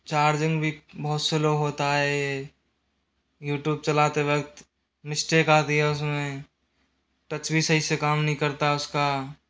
charging भी बहुत slow होता है ये यूट्यूब चलाते वक्त मिस्टेक मिस्टेक आती है उसमें टच भी सही से काम नहीं करता उसका